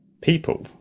people